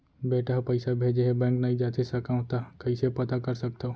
बेटा ह पइसा भेजे हे बैंक नई जाथे सकंव त कइसे पता कर सकथव?